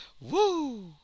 woo